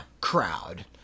crowd